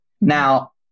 Now